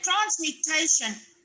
transmutation